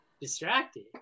Distracted